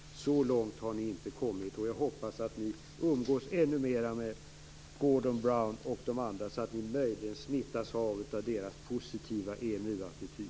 Så långt har inte ni kommit. Jag hoppas att ni umgås ännu mera med Gordon Brown och de andra så att ni möjligen smittas. Möjligen smittas ni då av deras positiva EMU-attityd.